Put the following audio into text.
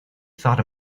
thought